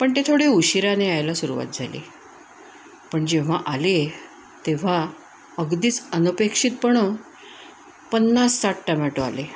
पण ते थोडे उशिराने यायला सुरुवात झाली पण जेव्हा आले तेव्हा अगदीच अनपेक्षितपणं पन्नाससाठ टमॅटो आले